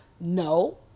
No